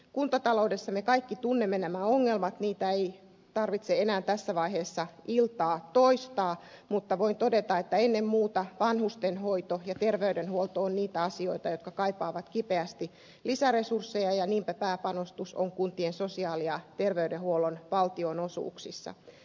kuntataloudessa me kaikki tunnemme nämä ongelmat niitä ei tarvitse enää tässä vaiheessa iltaa toistaa mutta voin todeta että ennen muuta vanhustenhoito ja terveydenhuolto ovat niitä asioita jotka kaipaavat kipeästi lisäresursseja ja niinpä pääpanostus on kuntien sosiaali ja terveydenhuollon valtionosuuksissa